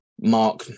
Mark